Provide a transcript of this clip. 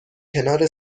کنار